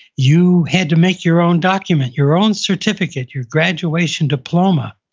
you had to make your own document, your own certificate, your graduation diploma.